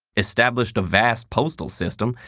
established a vast postal system,